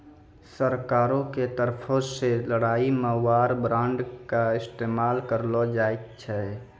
सरकारो के तरफो से लड़ाई मे वार बांड के इस्तेमाल करलो जाय छै